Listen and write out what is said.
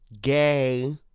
gay